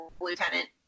lieutenant